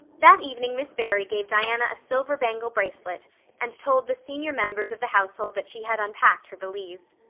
that evening miss barry gave diana a silver bangle bracelet and told the senior members of the household that she had unpacked her valise.